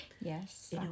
Yes